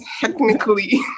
technically